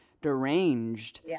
deranged